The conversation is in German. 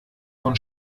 von